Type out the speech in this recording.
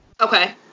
Okay